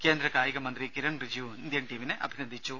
കേന്ദ്ര കായിക മന്ത്രി കിരൺ റിജിജുവും ഇന്ത്യൻ ടീമിനെ അഭിനന്ദിച്ചു